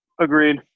Agreed